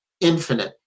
infinite